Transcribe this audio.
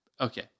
Okay